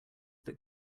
that